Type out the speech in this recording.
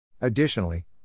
Additionally